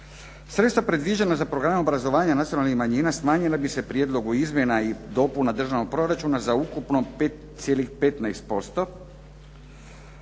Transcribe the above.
Sredstva predviđena za program obrazovanja nacionalnih manjina smanjile bi se po Prijedlogu izmjena i dopuna državnog proračuna za ukupno 5,15%,